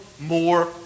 more